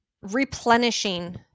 replenishing